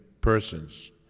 persons